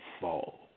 fall